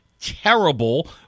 terrible